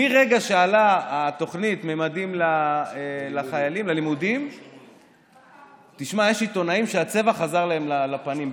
מהרגע שעלתה התוכנית ממדים ללימודים יש עיתונאים שהצבע חזר להם לפנים.